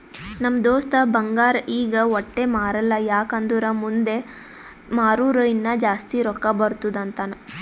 ನಮ್ ದೋಸ್ತ ಬಂಗಾರ್ ಈಗ ವಟ್ಟೆ ಮಾರಲ್ಲ ಯಾಕ್ ಅಂದುರ್ ಮುಂದ್ ಮಾರೂರ ಇನ್ನಾ ಜಾಸ್ತಿ ರೊಕ್ಕಾ ಬರ್ತುದ್ ಅಂತಾನ್